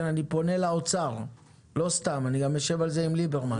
כן אני פונה לאוצר ואני גם אשב על זה עם ליברמן